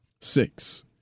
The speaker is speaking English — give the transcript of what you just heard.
Six